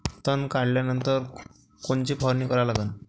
तन काढल्यानंतर कोनची फवारणी करा लागन?